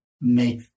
make